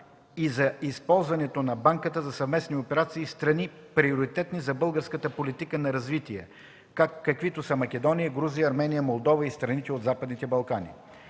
и за използване на банката за съвместни операции в страни, приоритетни за българската политика на развитие, каквито са Македония, Грузия, Армения, Молдова и страните от Западните Балкани.